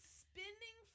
spinning